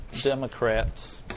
Democrats